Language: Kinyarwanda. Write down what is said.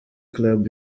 club